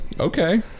Okay